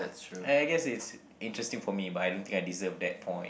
I I guess it's interesting for me but I don't think I deserve that point